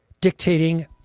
dictating